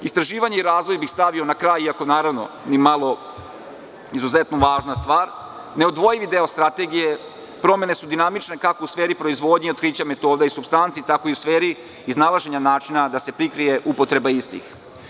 Istraživanje i razvoj bih stavio na kraju, iako, to jeste izuzetno važna stvar, neodvojivi deo strategije, a promene su dinamične, kako u sferi proizvodnje, otkrića, metode i supstanci, tako i u sferi iznalaženja načina da se prikrije upotreba istih.